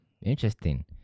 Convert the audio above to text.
interesting